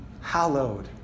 hallowed